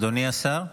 אדוני השר.